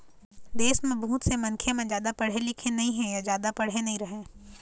देश म बहुत से मनखे मन पढ़े लिखे नइ हे य जादा पढ़े नइ रहँय